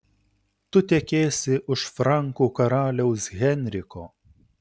tu tekėsi už frankų karaliaus henriko